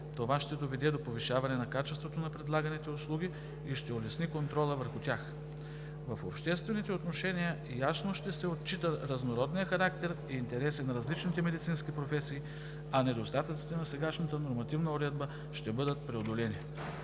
Това ще доведе до повишаване на качеството на предлаганите услуги и ще улесни контрола върху тях. В обществените отношения ясно ще се отчитат разнородният характер и интересите на различните медицински професии, а недостатъците на сегашната нормативна уредба ще бъдат преодолени.